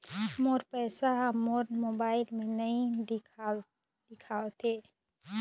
मोर पैसा ह मोर मोबाइल में नाई दिखावथे